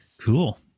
Cool